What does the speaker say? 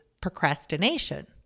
procrastination